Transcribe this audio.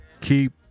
keep